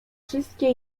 wszystkie